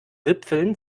wipfeln